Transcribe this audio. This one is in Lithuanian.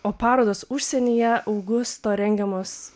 o parodos užsienyje augusto rengiamos